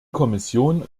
kommission